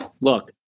look